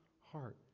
heart